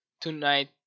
Tonight